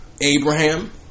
Abraham